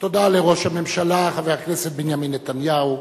תודה לראש הממשלה, חבר הכנסת בנימין נתניהו.